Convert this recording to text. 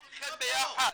כולכם ביחד.